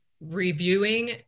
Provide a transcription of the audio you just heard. reviewing